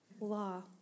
law